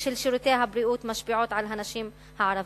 של שירותי הבריאות משפיע על הנשים הערביות.